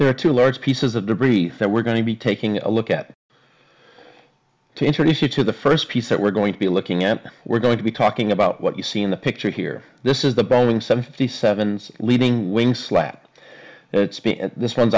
there are two large pieces of debris that we're going to be taking a look at to introduce you to the first piece that we're going to be looking at we're going to be talking about what you see in the picture here this is the boeing seven fifty seven leaving wing slap